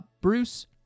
Bruce